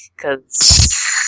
cause